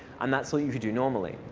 and that's what you could do normally.